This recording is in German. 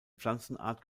pflanzenart